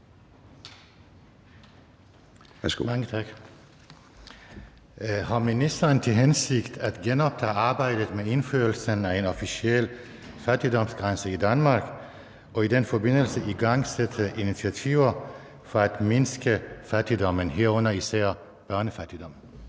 Har ministeren til hensigt at genoptage arbejdet med indførelsen af en officiel fattigdomsgrænse i Danmark og i den forbindelse igangsætte initiativer for at mindske fattigdommen, herunder især børnefattigdommen?